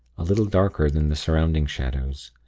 a little darker than the surrounding shadows.